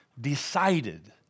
decided